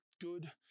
good